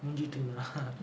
முடிஞ்சிட்டுனா:mudinjitunaa